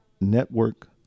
network